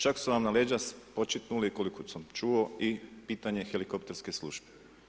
Čak su vam na leđa spočitnuli koliko sam čuo i pitanje helikopterske službe.